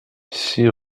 six